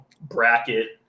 bracket